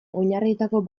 oinarrietako